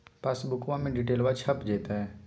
पासबुका में डिटेल्बा छप जयते?